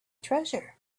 treasure